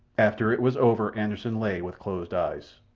after it was over anderssen lay with closed eyes.